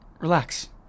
Relax